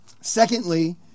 Secondly